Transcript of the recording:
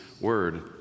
word